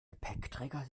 gepäckträger